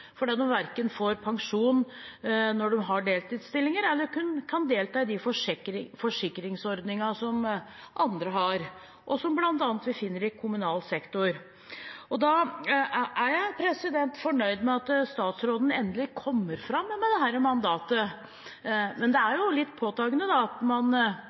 de verken får pensjon når de har deltidsstillinger, eller kan delta i de forsikringsordningene som andre har, og som vi bl.a. finner i kommunal sektor. Jeg er fornøyd med at statsråden endelig kommer fram med dette mandatet, men det er jo litt påfallende at man